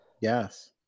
Yes